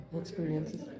experiences